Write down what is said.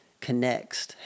connects